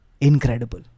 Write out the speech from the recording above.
incredible